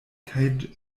kaj